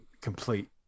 complete